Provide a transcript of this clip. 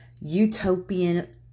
utopian